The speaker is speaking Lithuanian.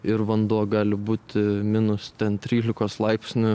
ir vanduo gali būti minus trylikos laipsnių